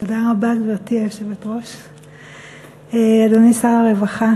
גברתי היושבת-ראש, תודה רבה, אדוני שר הרווחה